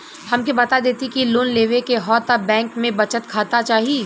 हमके बता देती की लोन लेवे के हव त बैंक में बचत खाता चाही?